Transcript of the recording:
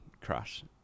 crash